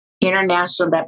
International